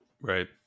Right